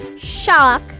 shock